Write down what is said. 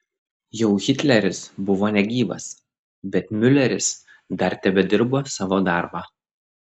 jau hitleris buvo negyvas bet miuleris dar tebedirbo savo darbą